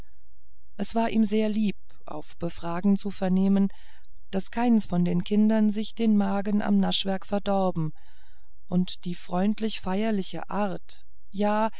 es war ihm sehr lieb auf befragen zu vernehmen daß keins von den kindern sich den magen am naschwerk verdorben und die freundlich feierliche art ja